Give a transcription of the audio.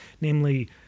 namely